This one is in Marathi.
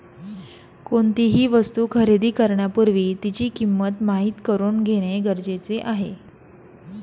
कोणतीही वस्तू खरेदी करण्यापूर्वी तिची किंमत माहित करून घेणे गरजेचे आहे